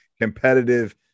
competitive